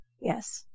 Yes